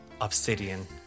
Obsidian